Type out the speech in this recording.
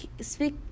speak